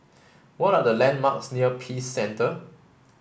what are the landmarks near Peace Centre